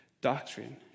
doctrine